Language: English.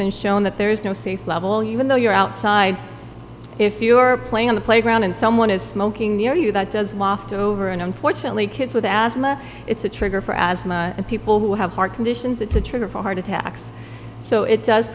been shown that there is no safe level you can though you are outside if you are playing on the playground and someone is smoking near you that does waft over and unfortunately kids with asamoah it's a trigger for asthma and people who have heart conditions it's a trigger for heart attacks so it does